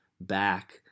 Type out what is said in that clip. back